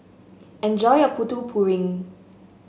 enjoy your Putu Piring